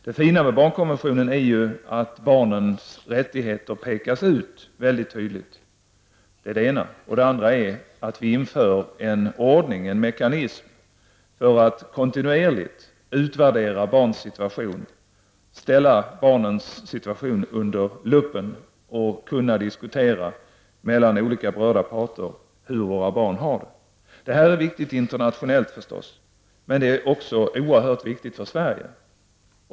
Det fina med barnkonventionen är dels att barnens rättigheter väldigt tydligt pekas ut, dels att konventionen utgör en mekanism för att kontinuerligt kontrollera barns situation, ställa barnens situation under luppen. Konventionen gör det också möjligt för olika berörda parter att diskutera hur våra barn har det. Detta är oerhört viktigt internationellt sett, men också oerhört viktigt för Sverige.